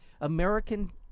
American